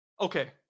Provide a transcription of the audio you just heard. Okay